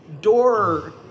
door